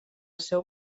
seu